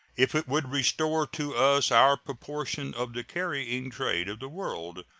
if it would restore to us our proportion of the carrying trade of the world,